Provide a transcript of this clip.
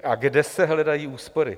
A kde se hledají úspory?